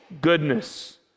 goodness